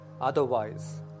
Otherwise